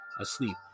asleep